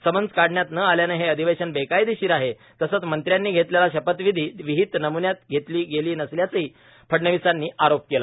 summons काढण्यात न आल्यानं हे अधिवेशन बेकायदेशीर आहे तसंच मंत्र्यांनी घेतलेली पथविधी विहित नमुन्यात घेतली गेली नसल्याचंही फडणवीसांनी आरोप केला